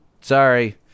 Sorry